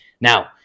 Now